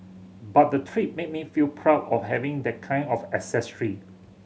but the trip made me feel proud of having that kind of ancestry